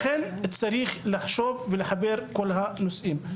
לכן, צריך לחשוב ולחבר את כל הנושאים.